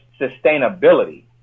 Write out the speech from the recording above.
sustainability